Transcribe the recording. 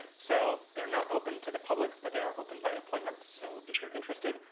so, they're not open to the public, but they are open by appointment. so if you're interested,